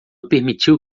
permitiu